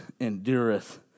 endureth